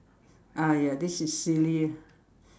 ah ya this is silly